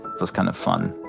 it's kind of fun